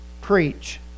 preach